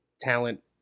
talent